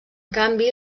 canvi